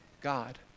God